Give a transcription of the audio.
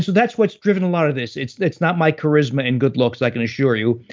so that's what's driven a lot of this, it's it's not my charisma and good looks i can assure you.